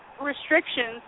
restrictions